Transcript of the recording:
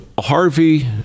Harvey